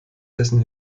dessen